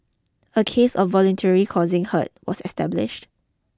a case of voluntary causing hurt was established